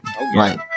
right